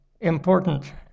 important